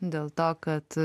dėl to kad